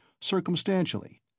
circumstantially